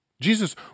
Jesus